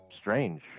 strange